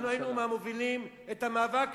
אנחנו היינו מהמובילים של המאבק הזה,